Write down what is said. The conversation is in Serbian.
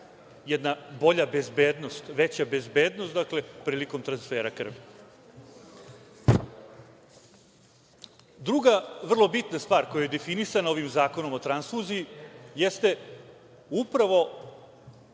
jedna bolja bezbednost, veća bezbednost prilikom transfera krvi. Druga vrlo bitna stvar koja je definisana ovim zakonom o transfuziji jeste upravo